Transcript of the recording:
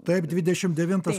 taip dvidešim devintas